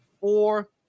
four